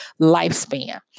lifespan